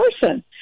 person